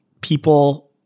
people